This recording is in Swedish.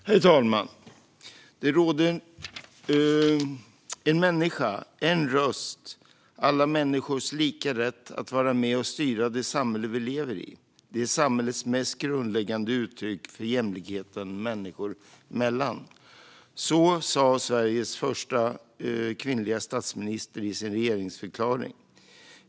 Herr talman! "En människa, en röst - alla människors lika rätt att vara med och styra det samhälle vi lever i. Det är samhällets mest grundläggande uttryck för jämlikheten människor emellan." Så sa Sveriges fösta kvinnliga statsminister i sin regeringsförklaring.